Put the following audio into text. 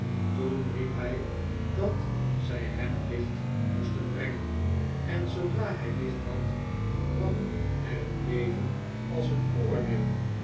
toen riep hij dat zij hem licht moesten brengen en zoodra hij licht had kwam er een leven als een oordeel